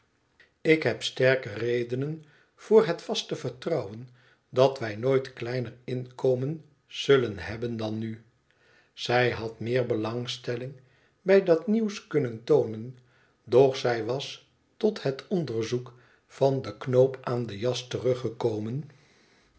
ik heb sterke redenen voor het vaste vertrouwen dat wij nooit kleiner inkomen zullen hebben dan nu zij had meer belangstelling bij dat nieuws kunnen toonen doch zij was tot het onderzoek van den knoop aan de jas teruggekomen